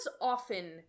often